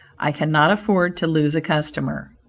i cannot afford to lose a customer.